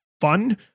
fun